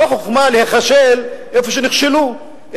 לא חוכמה להיכשל איפה שנכשלו,